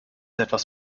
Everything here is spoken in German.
etwas